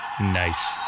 Nice